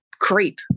creep